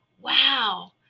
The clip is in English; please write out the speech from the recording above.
wow